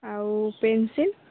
ଆଉ ପେନ୍ସିଲ୍